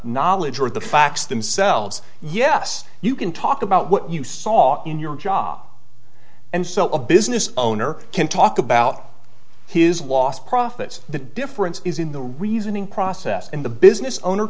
knowledge or the facts themselves yes you can talk about what you saw in your job and so a business owner can talk about his lost profits the difference is in the reasoning process and the business owner